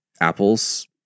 apples